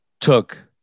took